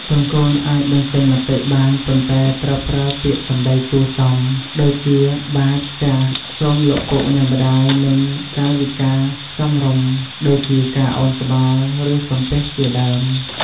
កូនៗអាចបញ្ចេញមតិបាន ប៉ុន្តែត្រូវប្រើ ពាក្យសម្ដីគួរសម ដូចជា បាទ/ចាស៎ សូមលោកពុកអ្នកម្ដាយ និង កាយវិការសមរម្យ ដូចជាការឱនក្បាល ឬសំពះជាដើម។